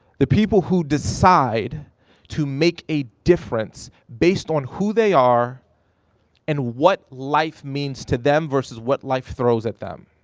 the people who decide to make a difference based on who they are and what life means to them versus what life throws at them.